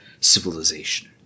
civilization